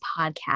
podcast